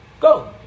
Go